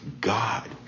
God